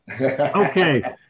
Okay